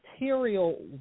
material